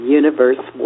universe